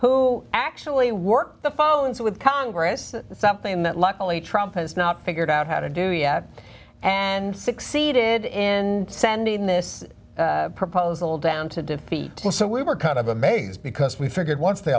who actually worked the phones with congress something that luckily trump has not figured out how to do yet and succeeded in sending this proposal down to defeat so we were kind of amazed because we figured once they